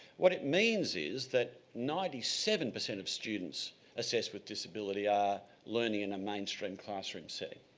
what it means is that ninety seven percent of students assessed with disability are learning in a mainstream classroom setting.